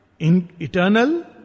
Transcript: Eternal